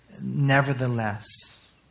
Nevertheless